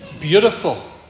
Beautiful